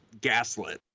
gaslit